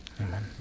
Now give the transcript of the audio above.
Amen